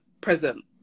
present